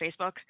Facebook